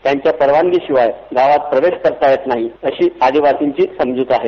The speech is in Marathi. त्यांच्या परवानगीशिवाय गावात प्रवेश करता येत नाही अशी आदिवासींची समजूत आहे